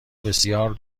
بسیار